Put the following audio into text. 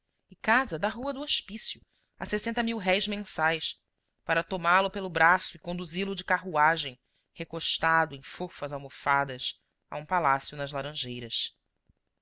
e casa da rua do hospício a sessenta mil-réis mensais para tomá lo pelo braço e conduzi lo de carruagem recostado em fofas almofadas a um palácio nas laranjeiras